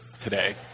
today